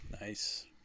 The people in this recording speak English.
Nice